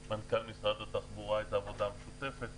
עם מנכ"ל משרד התחבורה הייתה עבודה משותפת.